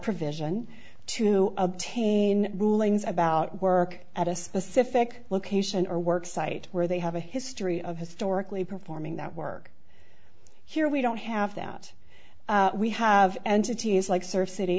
provision to obtain rulings about work at a specific location or work site where they have a history of historically performing that work here we don't have that we have entities like surf city